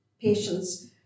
patients